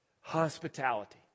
hospitality